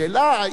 השאלה היא,